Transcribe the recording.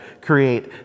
create